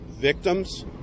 victims